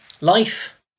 life